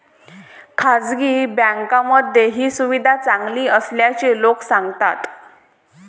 खासगी बँकांमध्ये ही सुविधा चांगली असल्याचे लोक सांगतात